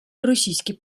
російські